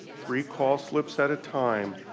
three call slips at a time,